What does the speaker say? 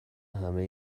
همه